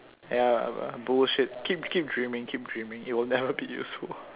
ya uh bullshit keep keep dreaming keep dreaming it it would never be useful